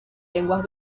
lenguas